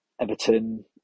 Everton